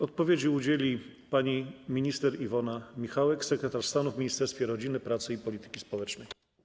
Odpowiedzi udzieli pani minister Iwona Michałek, sekretarz stanu w Ministerstwie Rodziny, Pracy i Polityki Społecznej.